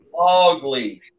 Ugly